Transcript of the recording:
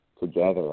together